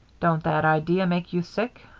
don't that idea make you sick?